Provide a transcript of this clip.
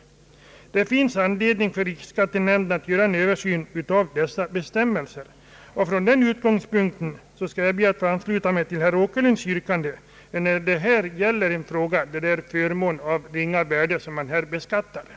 Det finns anledning för riksskattenämnden att göra en översyn av nuvarande bestämmelser. Jag skall därför, herr talman, be att få ansluta mig till herr Åkerlunds yrkande. Jag anser att det är fråga om en förmån av ringa värde som för närvarande beskattas.